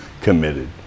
committed